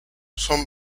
son